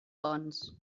bons